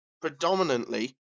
predominantly